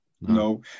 No